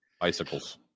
bicycles